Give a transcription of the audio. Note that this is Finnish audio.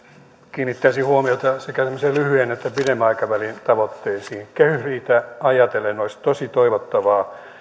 kiinnittäisin huomiota sekä tämmöisen lyhyen että pidemmän aikavälin tavoitteisiin kehysriihtä ajatellen olisi tosi toivottavaa